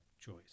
choice